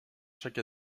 chaque